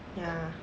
ya